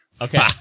Okay